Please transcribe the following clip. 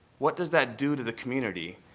what does that do to the community?